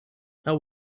how